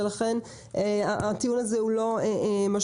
ולכן הטיעון הזה לא משמעותי.